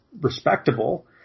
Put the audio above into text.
respectable